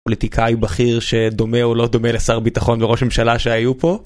פוליטיקאי בכיר שדומה או לא דומה לשר ביטחון וראש ממשלה שהיו פה.